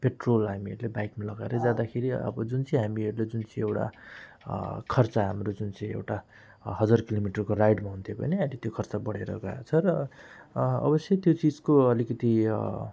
petrol हामीहरूले बाइकमा लगाएर जाँदाखेरि अब जुन चाहिँ हामीहरूले जुन चाहिँ एउटा खर्च हाम्रो जुन चाहिँ एउटा हजार किलोमिटरको राइडमा हुन्थ्यो भने अहिले त्यो खर्च बढेर गएको छ र अवश्य त्यो चिजको अलिकति